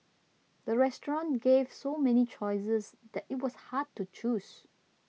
the restaurant gave so many choices that it was hard to choose